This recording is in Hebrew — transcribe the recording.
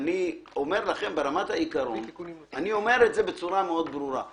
אני אומר לכם את זה בצורה מאוד ברורה.